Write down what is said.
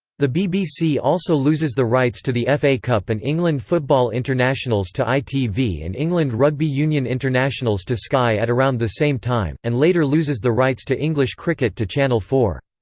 the bbc also loses the rights to the fa cup and england football internationals to itv and england rugby union internationals to sky at around the same time, and later loses the rights to english cricket to channel four.